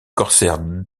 corsaire